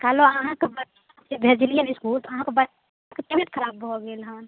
कहलहुँ अहाँके बच्चाकेँ भेजलियै इस्कुल तऽ अहाँके बच्चाके तबियत खराब भऽ गेल हेँ